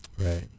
Right